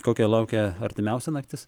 kokia laukia artimiausia naktis